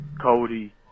Cody